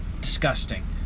Disgusting